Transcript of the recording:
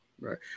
right